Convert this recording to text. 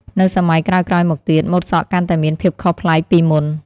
នៅសម័យក្រោយៗមកទៀត ម៉ូតសក់កាន់តែមានភាពខុសប្លែកពីមុន។